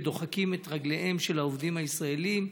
ודוחקים את רגליהם של העובדים הישראלים,